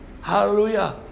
Hallelujah